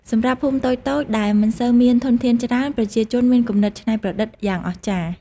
សម្រាប់ភូមិតូចៗដែលមិនសូវមានធនធានច្រើន ប្រជាជនមានគំនិតច្នៃប្រឌិតយ៉ាងអស្ចារ្យ។